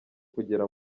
kugira